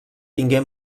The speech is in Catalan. tingué